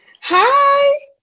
Hi